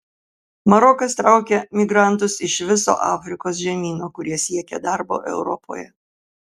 marokas traukia migrantus iš viso afrikos žemyno kurie siekia darbo europoje